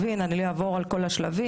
אבל יוצא שבדרך כלל חלק מהפתרונות הם אצלנו,